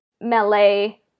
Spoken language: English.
melee